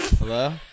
Hello